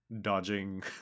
dodging